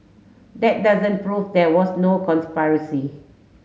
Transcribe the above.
that doesn't prove there was no conspiracy